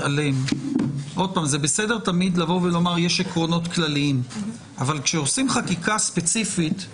זה בסדר לבוא ולומר שיש עקרונות כלליים אבל כאשר עושים חקיקה ספציפית,